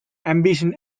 ambition